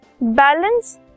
balance